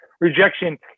rejection